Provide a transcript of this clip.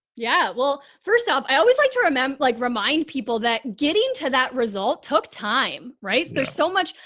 yeah. well, first of all, i always like to remember like remind people that getting to that result took time, right? there's so much,